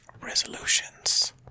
resolutions